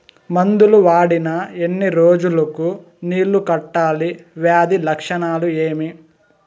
మందులు వాడిన ఎన్ని రోజులు కు నీళ్ళు కట్టాలి, వ్యాధి లక్షణాలు ఏమి?